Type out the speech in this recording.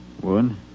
One